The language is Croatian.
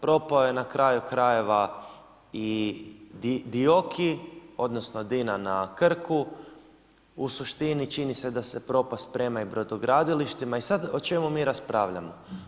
Propao je na kraju krajeva i DIOKI, odnosno DINA na Krku, u suštini čini se da se propast sprema i brodogradilištima i sad o čemu mi raspravljamo?